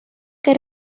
que